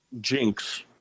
Jinx